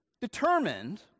determined